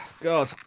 god